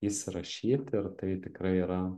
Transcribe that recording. įsirašyt ir tai tikrai yra